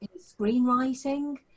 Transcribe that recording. screenwriting